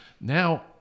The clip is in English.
Now